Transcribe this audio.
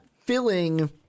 filling